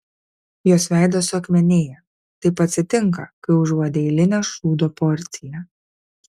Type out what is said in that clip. jos veidas suakmenėja taip atsitinka kai užuodi eilinę šūdo porciją